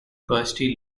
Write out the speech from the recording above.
kirsty